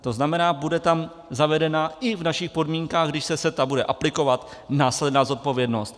To znamená, bude tam zavedena i v našich podmínkách, když se CETA bude aplikovat, následná zodpovědnost.